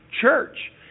church